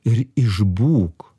ir išbūk